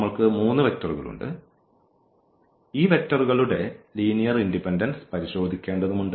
നമ്മൾക്ക് മൂന്ന് വെക്റ്ററുകളുണ്ട് ഈ വെക്റ്ററുകളുടെ ലീനിയർ ഇൻഡിപെൻഡൻസ് പരിശോധിക്കേണ്ടതുമുണ്ട്